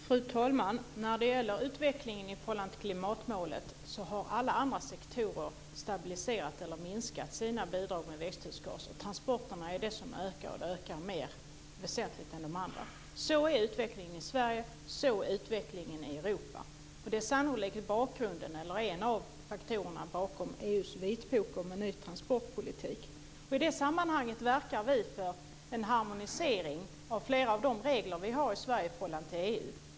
Fru talman! Vad gäller utvecklingen i förhållande till klimatmålet har alla andra sektorer stabiliserat eller minskat sina bidrag till växthusgaserna, medan transporternas bidrag ökar väsentligt. Sådan är utvecklingen i Sverige och i övriga Europa. Det är en av faktorerna bakom EU:s vitbok om en ny transportpolitik. I det sammanhanget verkar vi för en harmonisering i förhållande till EU av flera av de regler som vi har.